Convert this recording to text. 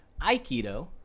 Aikido